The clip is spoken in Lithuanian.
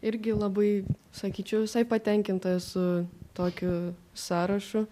irgi labai sakyčiau visai patenkinta esu tokiu sąrašu